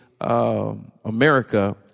America